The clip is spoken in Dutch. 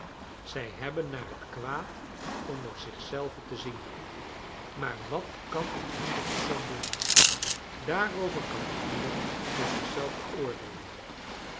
zij hebben naar het kwaad onder zich zelven te zien maar wat kan een enkel persoon doen daarover kan ieder voor zich zelven oordeelen